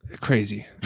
Crazy